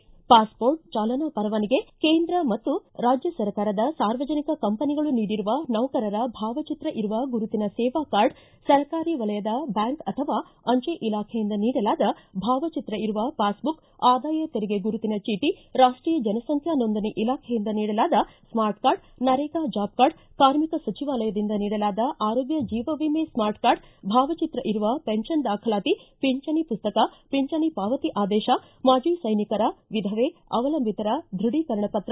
passport driving ಚಾಲನಾ ಪರವಾನಗಿ ಕೇಂದ್ರ ಮತ್ತು ರಾಜ್ಯ ಸರ್ಕಾರದ ಸಾರ್ವಜನಿಕ ಕಂಪನಿಗಳು ನೀಡಿರುವ ನೌಕರರ ಭಾವಚಿತ್ರ ಇರುವ ಗುರುತಿನ ಸೇವಾ ಕಾರ್ಡ್ ಸರ್ಕಾರಿ ವಲಯದ ಬ್ಡಾಂಕ್ ಅಥವಾ ಅಂಚೆ ಇಲಾಖೆಯಿಂದ ನೀಡಲಾದ ಭಾವಚಿತ್ರ ಇರುವ ಪಾಸ್ಬುಕ್ ಆದಾಯ ತೆರಿಗೆ ಗುರುತಿನ ಚೀಟ ರಾಷ್ಟೀಯ ಜನಸಂಖ್ಯಾ ನೋಂದಣಿ ಇಲಾಖೆಯಿಂದ ನೀಡಲಾದ ಸ್ನಾರ್ಟ್ ಕಾರ್ಡ್ ನರೇಗಾ ಜಾಬ್ಕಾರ್ಡ್ ಕಾರ್ಮಿಕ ಸಚಿವಾಲಯದಿಂದ ನೀಡಲಾದ ಆರೋಗ್ಯ ಜೀವವಿಮೆ ಸ್ನಾರ್ಟ್ ಕಾರ್ಡ್ ಭಾವಚಿತ್ರ ಇರುವ ಪೆಸ್ವನ್ ದಾಖಲಾತಿ ಪಿಂಚಣಿ ಪುಸ್ತಕ ಪಿಂಚಣಿ ಪಾವತಿ ಆದೇಶ ಮಾಜಿ ಸ್ಟೆನಿಕರ ವಿಧವೆ ಅವಲಂಬಿತರ ದೃಢೀಕರಣ ಪತ್ರ